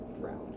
round